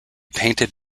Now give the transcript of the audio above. painted